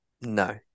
No